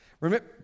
Remember